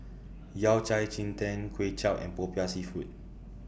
Yao Cai Ji Tang Kway Chap and Popiah Seafood